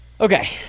okay